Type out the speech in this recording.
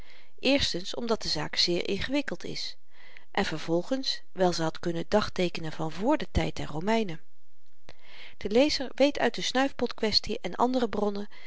omdat de zaak zeer ingewikkeld is en vervolgens wyl ze had kunnen dagteekenen van vr den tyd der romeinen de lezer weet uit de snuifpot kwestie en andere bronnen